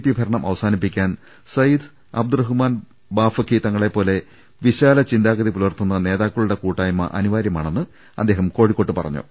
P ഭരണം അവസാനിപ്പിക്കാൻ സയിദ് അബ്ദുറഹ്മാൻ ബാഫഖി തങ്ങളെ പോലെ വിശാല ചിന്താഗതി പുലർത്തുന്ന നേതാക്കളുടെ കൂട്ടായ്മ അനിവാര്യമാണെന്നും അദ്ദേഹം കോഴിക്കോട്ട് പറഞ്ഞു